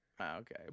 Okay